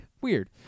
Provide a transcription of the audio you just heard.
Weird